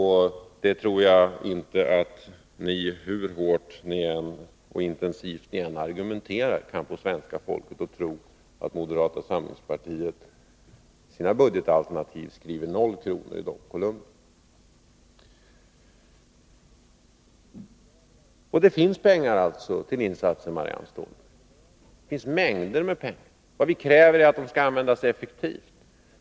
Hur hårt och intensivt ni än argumenterar tror jag inte att ni kan få svenska folket att tro att moderata samlingspartiet i sina budgetalternativ skriver 0 kr. i de kolumnerna. Det finns alltså pengar till insatser, Marianne Stålberg. Vad vi moderater kräver är att de skall användas effektivt.